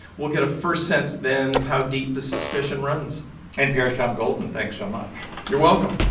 we'll get a first sense then of how deep the suspicion runs npr's tom goldman, thanks so much you're welcome